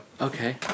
Okay